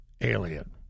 alien